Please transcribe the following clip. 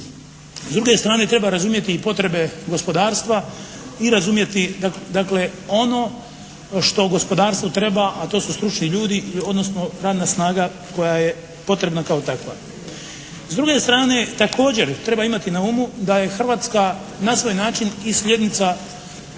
S druge strane treba razumjeti i potrebe gospodarstva i razumjeti dakle ono što gospodarstvu treba, a to su stručni ljudi, odnosno radna snaga koja je potrebna kao takva. S druge strane također treba imati na umu da je Hrvatska na svoj način i sljednica i